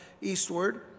eastward